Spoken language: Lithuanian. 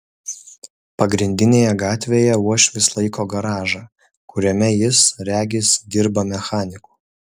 pagrindinėje gatvėje uošvis laiko garažą kuriame jis regis dirba mechaniku